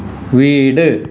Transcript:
വീട്